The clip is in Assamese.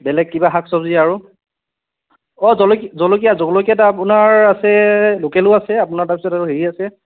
বেলেগ কিবা শাক চব্জি আৰু অঁ জলকী জলকীয়া জলকীয়াটো আপোনাৰ আছে লোকেলো আছে আপোনাৰ তাৰপিছত আৰু হেৰি আছে